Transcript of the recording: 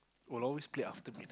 will always play after